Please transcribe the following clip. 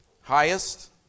Highest